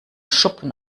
schuppen